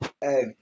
Hey